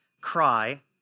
cry